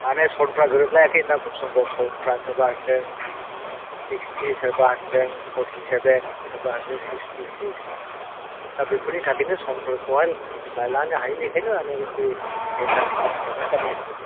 माने सनफ्रा गोरोबलायाखै ना खुब सम्भब समफ्रा सोरबा होनदों सिक्सटि सोरबा होनदों फर्टिसेभेन सोरबा होनदों सिक्सटिसिक्स दा बेफोरनि थाखायनो सनफोरखौहाय मिलायनो हायिखायनो बे एन आर सि नि खामानिया दा पेन्दिं